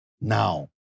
now